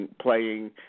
playing